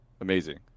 Amazing